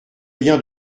lien